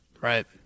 right